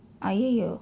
!aiyoyo!